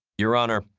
your honor,